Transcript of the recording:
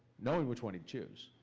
knowing which one he'd choose.